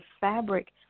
fabric